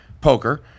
Poker